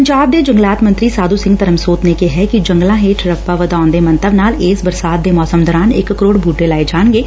ਪੰਜਾਬ ਦੇ ਜੰਗਲਾਤ ਮੰਤਰੀ ਸਾਧੁ ਸਿੰਘ ਧਰਮਸੋਤ ਨੇ ਕਿਹਾ ਕਿ ਜੰਗਲਾਂ ਹੇਠ ਰਕਬਾ ਵਧਾਉਣ ਦੇ ਮੰਤਵ ਨਾਲ ਇਸ ਬਰਸਾਤ ਦੇ ਮੌਸਮ ਦੌਰਾਨ ਇਕ ਕਰੋੜ ਬੂਟੇ ਲਾਏ ਜਾਣਗੇ